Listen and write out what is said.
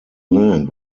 land